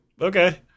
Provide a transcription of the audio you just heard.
Okay